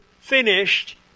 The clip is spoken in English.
finished